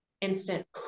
instant